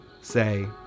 say